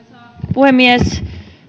puhemies